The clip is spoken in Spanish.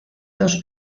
dos